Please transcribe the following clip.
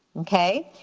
okay,